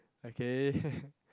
okay